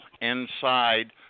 inside